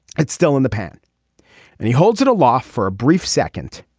it's still in the pan and he holds it aloft for a brief second